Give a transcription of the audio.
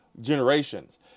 generations